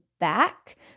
back